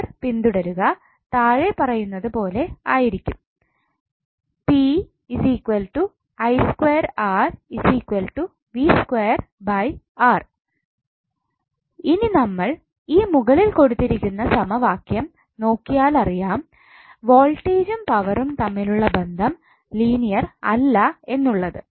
അവർ പിന്തുടരുക താഴെപ്പറയുന്നത് പോലെ ആയിരിക്കും ഇനി നമ്മൾ ഈ മുകളിൽ കൊടുത്തിരിക്കുന്ന സമവാക്യം നോക്കിയാലറിയാം വോൾട്ടേജും പവറും തമ്മിലുള്ള ബന്ധം ലീനിയർ അല്ല എന്നുള്ളത്